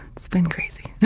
it's been, crazy.